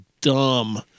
dumb –